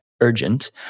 urgent